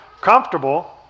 comfortable